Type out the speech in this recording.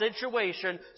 situation